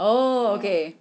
oh okay